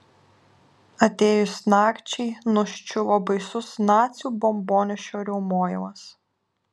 atėjus nakčiai nuščiuvo baisus nacių bombonešių riaumojimas